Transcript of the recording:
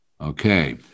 Okay